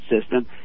system